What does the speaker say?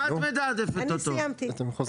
אני סיימתי.